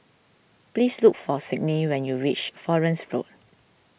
please look for Signe when you reach Florence Road